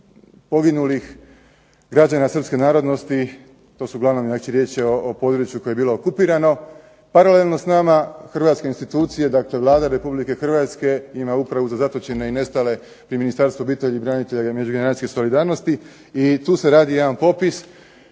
hrvatske institucije, dakle Vlada Republike Hrvatske ima Upravu za zatočene i nestale pri Ministarstvu obitelji, branitelja i međugeneracijske solidarnosti